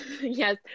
Yes